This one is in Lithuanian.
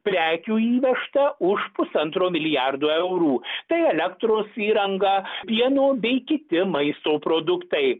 prekių įvežta už pusantro milijardo eurų tai elektros įranga pieno bei kiti maisto produktai